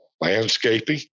landscaping